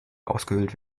ausgehöhlt